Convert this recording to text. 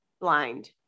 blind